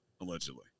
allegedly